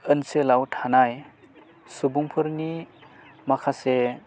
ओनसोलाव थानाय सुबुंफोरनि माखासे